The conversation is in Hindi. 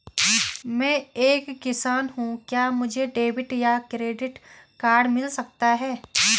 मैं एक किसान हूँ क्या मुझे डेबिट या क्रेडिट कार्ड मिल सकता है?